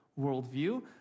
worldview